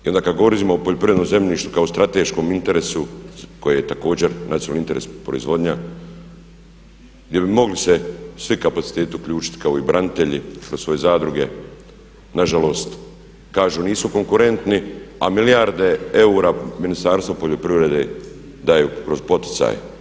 I onda kad govorimo o poljoprivrednom zemljištu kao strateškom interesu kojoj je također nacionali interes proizvodnja gdje bi mogli se svi kapaciteti uključiti kao i branitelji da svoje zadruge nažalost kažu nisu konkurentni a milijarde eura Ministarstvo poljoprivrede daje kroz poticaj.